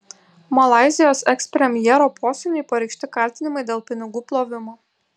malaizijos ekspremjero posūniui pareikšti kaltinimai dėl pinigų plovimo